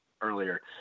earlier